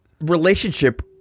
relationship